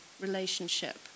relationship